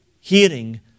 hearing